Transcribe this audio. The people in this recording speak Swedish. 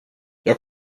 jag